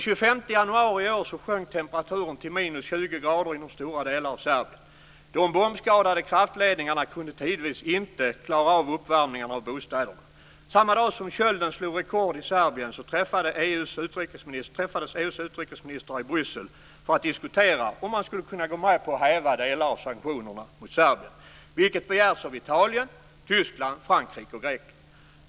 20 grader inom stora delar av Serbien. De bombskadade kraftledningarna kunde tidvis inte klara av uppvärmningen av bostäderna. Samma dag som kölden slog rekord i Serbien träffades EU:s utrikesministrar i Bryssel för att diskutera om man skulle kunna gå med på att häva delar av sanktionerna mot Serbien, vilket begärts av Italien, Tyskland, Frankrike och Grekland.